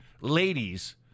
ladies